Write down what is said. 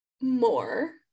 more